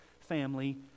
family